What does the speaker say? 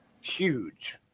huge